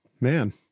Man